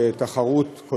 שתחרות,